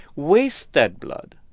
waste that blood,